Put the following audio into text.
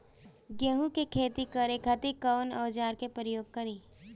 गेहूं के खेती करे खातिर कवन औजार के प्रयोग करी?